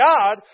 God